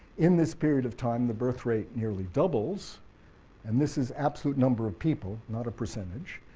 in this period of time the birthrate nearly doubles and this is absolute number of people, not a percentage,